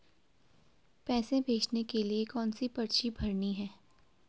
पैसे भेजने के लिए कौनसी पर्ची भरनी है?